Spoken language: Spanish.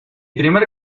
primer